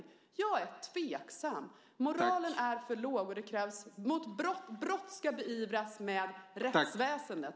Jag är tveksam. Moralen är för låg. Brott ska beivras av rättväsendet.